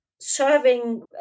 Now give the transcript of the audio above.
serving